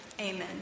Amen